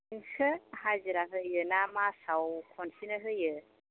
नोंसो हाजिरा होयो ना मासाव खनसेनो होयो